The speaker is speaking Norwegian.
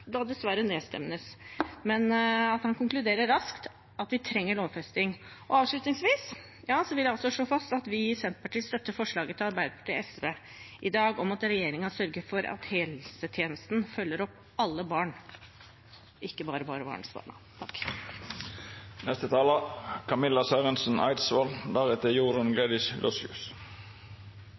da dessverre nedstemmes – og at han konkluderer raskt med at vi trenger lovfesting. Avslutningsvis vil jeg slå fast at vi i Senterpartiet støtter forslaget fra Arbeiderpartiet og SV i dag om at regjeringen sørger for at helsetjenesten følger opp alle barn, ikke bare